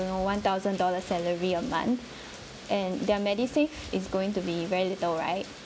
you know one thousand dollar salary a month and their MediSave is going to be very little right